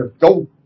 go